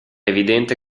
evidente